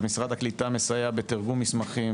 אז משרד הקליטה מסייע בתרגום של מסמכים,